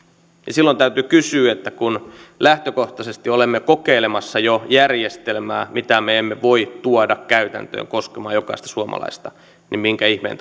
silloin täytyy kysyä että kun lähtökohtaisesti olemme kokeilemassa jo järjestelmää mitä me emme voi tuoda käytäntöön koskemaan jokaista suomalaista niin minkä ihmeen